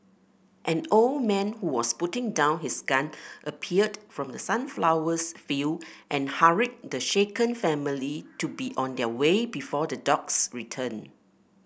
an old man who was putting down his gun appeared from the sunflowers field and hurried the shaken family to be on their way before the dogs return